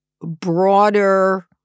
broader